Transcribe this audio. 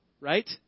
right